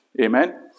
Amen